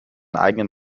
eigenen